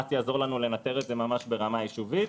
הלמ"ס יעזור לנו לנטר את זה ברמה ממש יישובית.